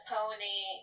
Pony